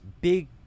big